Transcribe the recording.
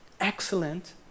excellent